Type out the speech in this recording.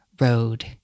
Road